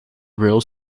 rail